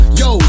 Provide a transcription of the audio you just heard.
yo